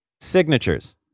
Signatures